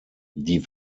die